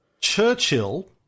Churchill